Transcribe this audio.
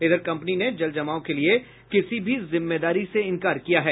इधर कंपनी ने जल जमाव के लिये किसी भी जिम्मेदारी से इंकार किया है